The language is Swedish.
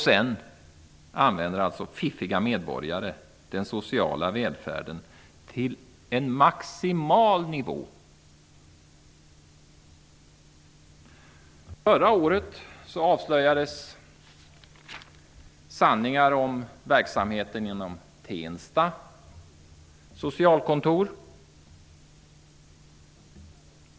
Sedan använder alltså fiffiga medborgare den sociala välfärden maximalt. Förra året avslöjades sanningar om verksamheten inom Tensta socialkontor.